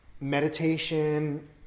meditation